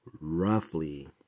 roughly